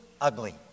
ugly